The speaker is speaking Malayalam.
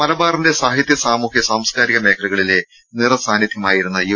മലബാറിന്റെ സാഹിത്യ സാമൂഹ്യ സാംസ്കാരിക മേഖലകളിലെ നിറസാന്നിധ്യമായിരുന്ന യു